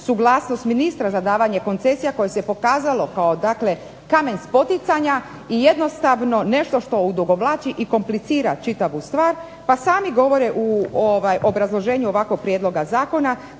suglasnost ministra za davanje koncesija koje se pokazalo kao kamen spoticanja i jednostavno nešto što odugovlači i komplicira čitavu stvar, pa sami govore u obrazloženju ovakvog prijedloga zakona